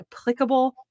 applicable